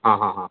ಹಾಂ ಹಾಂ ಹಾಂ